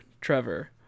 Trevor